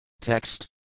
TEXT